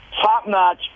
top-notch